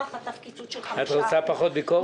חטף קיצוץ של 5%. את רוצה פחות ביקורת?